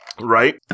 Right